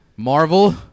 Marvel